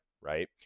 Right